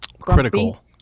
critical